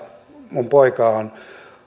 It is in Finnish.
minun poikaani on